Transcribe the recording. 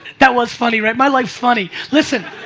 that was funny, right? my life's funny. listen,